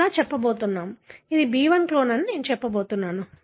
కాబట్టి నేను చెప్పబోతున్నాను అది B1 క్లోన్ అని నేను చెప్పబోతున్నాను